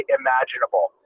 imaginable